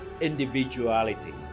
individuality